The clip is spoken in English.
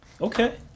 Okay